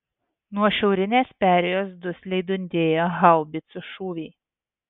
nuo šiaurinės perėjos dusliai dundėjo haubicų šūviai